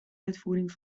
uitvoering